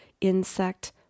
insect